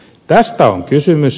tästä on kysymys